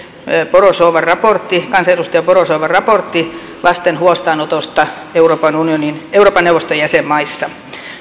borzovan raportti kansanedustaja borzovan raportti lasten huostaanotosta euroopan neuvoston jäsenmaissa